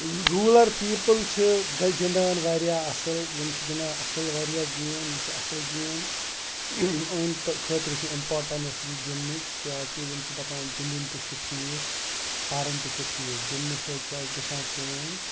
rural people چھِ گہَ گِنٛدان واریاہ اَصٕل یِم چھِ گِنٛدان اَصٕل واریاہ گیم یہِ چھِ اَصٕل گیم أنۍ تہٕ خٲطر چھِ اِمپاٹَنٕس یہِ گِنٛدنٕچ کیٛاہ کہِ یِم چھِ دپان گِنٛدُن تہِ چھُ ٹھیٖک پَرُن تہِ چھُ ٹھیٖک گِنٛدنہٕ سۭتۍ چھِ اَسہِ گَژھان کٲم